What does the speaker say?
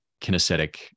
kinesthetic